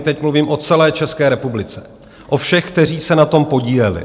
Teď mluvím o celé České republice, o všech, kteří se na tom podíleli.